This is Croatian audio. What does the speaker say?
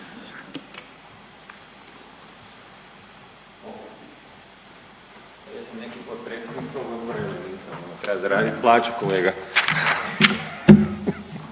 Hvala